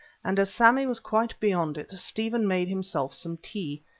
and as sammy was quite beyond it, stephen made himself some tea.